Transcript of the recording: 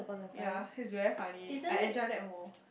ya he's very funny I enjoy that more